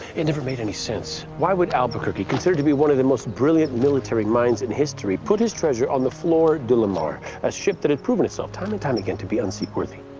it never made any sense, why would albuquerque, considered to be one of the most brilliant military minds in history put his treasure on the flor delamar, a ship that had proven itself time and time again to be unseaworthy.